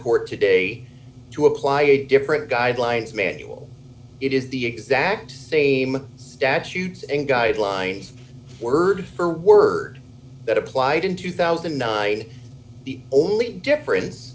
court today to apply a different guidelines manual it is the exact same statute and guidelines word for word that applied in two thousand and nine the only difference